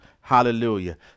Hallelujah